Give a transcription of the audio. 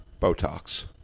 Botox